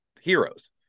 heroes